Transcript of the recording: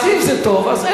הם דואגים ל"חמאס".